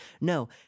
No